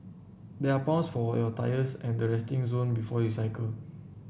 there are pumps for your tyres at the resting zone before you cycle